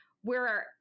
where-